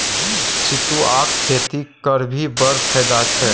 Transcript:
सितुआक खेती करभी बड़ फायदा छै